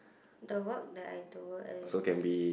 the work that I do is